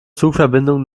zugverbindungen